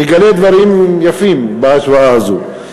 נגלה דברים יפים בהשוואה הזו.